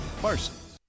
Parsons